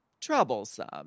troublesome